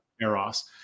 eros